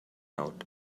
out